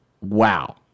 Wow